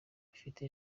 bafite